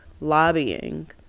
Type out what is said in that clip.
lobbying